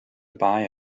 buy